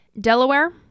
Delaware